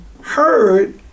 heard